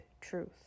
truth